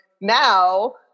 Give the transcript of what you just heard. Now